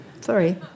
Sorry